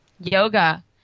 Yoga